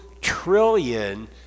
trillion